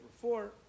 four